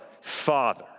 Father